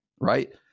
right